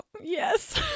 Yes